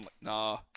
nah